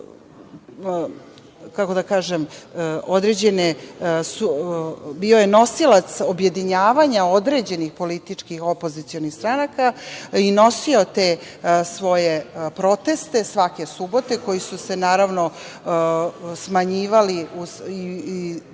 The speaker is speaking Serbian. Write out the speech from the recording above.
koji je bio nosilac objedinjavanja određenih političkih opozicionih stranaka i nosio te svoje proteste svake subote koji su se, naravno, smanjivali i dovodili